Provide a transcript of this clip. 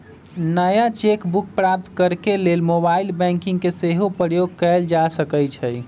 नया cheque book प्राप्त करेके लेल मोबाइल बैंकिंग के सेहो प्रयोग कएल जा सकइ छइ